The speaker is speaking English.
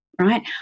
right